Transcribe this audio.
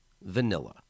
vanilla